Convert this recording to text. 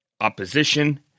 opposition